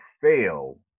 fail